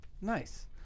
Nice